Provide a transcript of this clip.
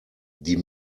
die